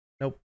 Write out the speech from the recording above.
nope